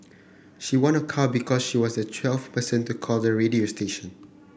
she won a car because she was the twelfth person to call the radio station